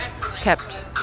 kept